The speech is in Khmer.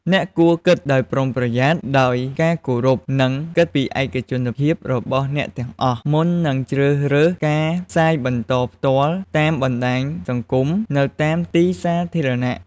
អ្នកគួរគិតដោយប្រុងប្រយ័ត្ន ដោយការគោរព និង គិតពីឯកជនភាពរបស់អ្នកទាំងអស់ មុននឹងជ្រើសរើសការផ្សាយបន្តផ្ទាល់តាមបណ្តាញសង្គម នៅតាមទីសាធារណៈ។